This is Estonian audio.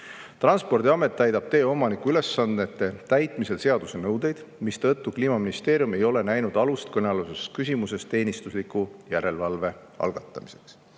Transpordiamet täidab tee omaniku ülesannete täitmisel seaduse nõudeid, mistõttu Kliimaministeerium ei ole näinud alust kõnealuses küsimuses teenistusliku järelevalve algatamiseks.